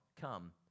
come